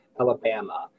Alabama